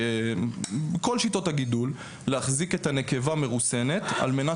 בכל שיטות הגידול להחזיק את הנקבה מרוסנת על מנת